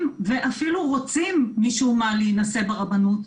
ואפילו רוצים משום מה להינשא ברבנות,